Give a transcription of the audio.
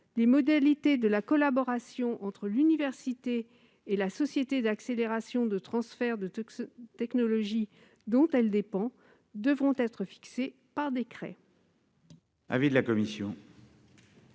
Les modalités de la collaboration entre l'université et la société d'accélération du transfert de technologies dont elle dépend devront être fixées par décret.